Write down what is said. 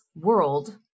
world